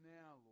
now